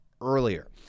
earlier